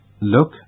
Look